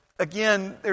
Again